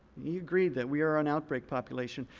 he agreed that we are an outbreak population.